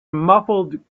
muffled